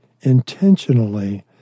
intentionally